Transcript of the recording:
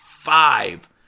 Five